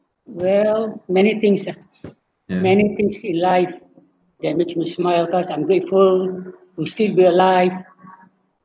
well many things ah many things in life that makes me smile because I'm grateful we still be alive